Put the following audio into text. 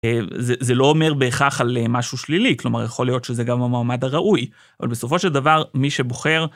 זה לא אומר בהכרח על משהו שלילי, כלומר יכול להיות שזה גם המועמד הראוי, אבל בסופו של דבר, מי שבוחר.